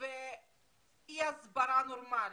ואי-הסברה נורמלית,